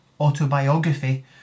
autobiography